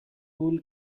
wool